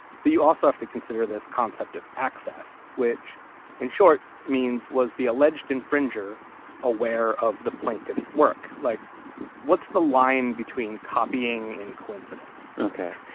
so you also have to consider this concept of access, which in short means was the alleged infringer aware of the plaintiff's work? like what's the line between copying in coincidence? okay.